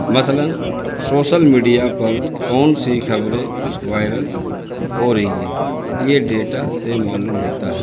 مثلاً social media پر کون سی خبریں وائرل ہو رہی ہے یہ ڈیٹا سے معلوم ہوتا ہے